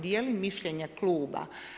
Dijelim mišljenje kluba.